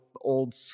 Old